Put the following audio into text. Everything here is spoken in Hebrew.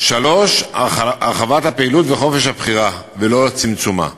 3. הרחבת הפעילות וחופש הבחירה ולא צמצומן.